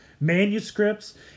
manuscripts